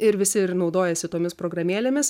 ir visi ir naudojasi tomis programėlėmis